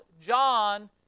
John